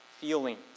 feelings